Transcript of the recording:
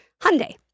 Hyundai